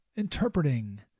Interpreting